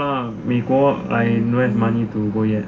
没有 lah 美国 I don't have money to go yet